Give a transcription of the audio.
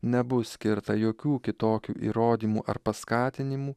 nebus skirta jokių kitokių įrodymų ar paskatinimų